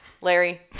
Larry